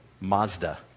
Mazda